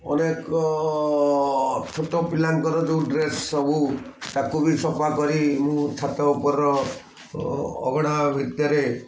ଅନେକ ଛୋଟ ପିଲାଙ୍କର ଯେଉଁ ଡ୍ରେସ୍ ସବୁ ତାକୁ ବି ସଫା କରି ମୁଁ ଛାତ ଉପର ଅଗଣା ଭିତରେ